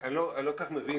אני לא כל כך מבין.